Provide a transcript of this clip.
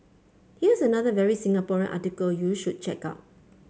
here's another very Singaporean article you should check out